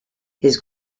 his